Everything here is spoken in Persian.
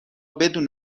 بدون